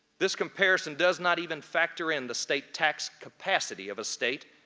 this comparison does not even factor in the state tax capacity of a state,